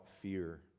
fear